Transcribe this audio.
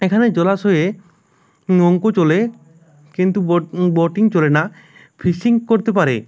এখানের জলাশয়ে নৌকো চলে কিন্তু বোট বোটিং চলে না ফিশিং করতে পারে